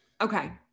okay